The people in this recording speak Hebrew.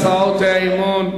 ישיב על הצעות אי-האמון